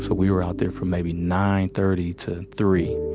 so we were out there from maybe nine thirty to three